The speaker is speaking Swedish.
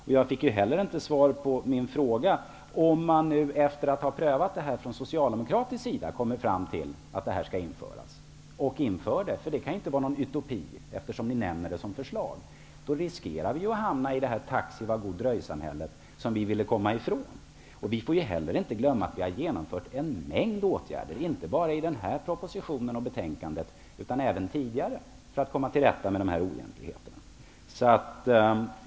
Om man från Socialdemokraternas sida efter det att man har prövat detta kommer fram till att det här skall införas, riskerar vi ju att hamna i det ''Taxi, var god dröj''-samhälle som vi ville komma ifrån. Detta kan ju inte vara någon utopi, eftersom ni nämner det som förslag. Vi får heller inte glömma att det inte bara rör sig om förslag i den här propositionen och i detta betänkande utan att vi redan tidigare har genomfört en mängd åtgärder för att komma till rätta med dessa oegentligheter.